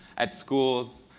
at schools,